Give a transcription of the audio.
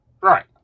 right